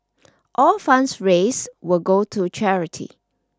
all funds raise will go to charity